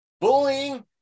bullying